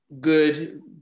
good